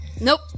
Nope